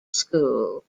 school